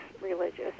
religious